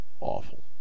awful